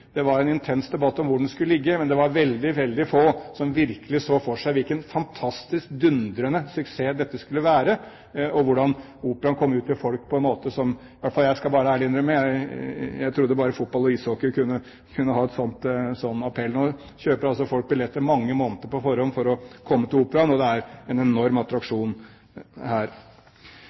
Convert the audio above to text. det var en intens debatt om hvor den skulle ligge. Men det var veldig, veldig få som virkelig så for seg hvilken fantastisk dundrende suksess dette skulle bli, og hvordan operaen ville komme ut til folk på en måte og med en appell som jeg ærlig skal innrømme jeg trodde bare fotball og ishockey kunne ha. Nå kjøper folk billetter mange måneder på forhånd for å komme til Operaen. Den er en enorm attraksjon her.